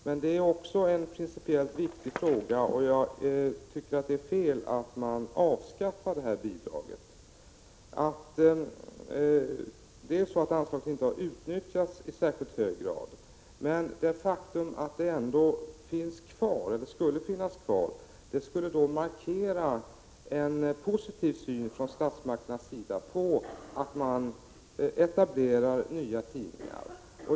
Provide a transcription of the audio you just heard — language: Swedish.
Men detta handlar också om en principiellt viktig fråga, och jag tycker att det är fel att man avskaffar det här bidraget. Anslaget har inte utnyttjats i särskilt hög grad. Men det förhållandet att det ändå skulle finnas kvar skulle markera en positiv syn från statsmakternas sida på att man etablerar nya tidningar.